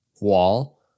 wall